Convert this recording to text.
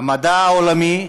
המדע העולמי,